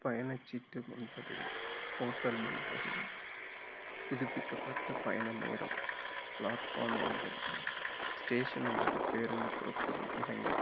பயண சீட்டு முன்பதிவு ஹோட்டல் முன்பதிவு புதுப்பிக்கப்பட்ட பயண நேரம் பிளாட்ஃபார்ம் எண்கள் ஸ்டேஷன் அல்லது பேருந்து புறப்படும் இடங்கள்